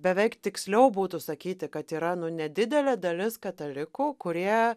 beveik tiksliau būtų sakyti kad yra nu nedidelė dalis katalikų kurie